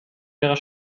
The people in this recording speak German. ihrer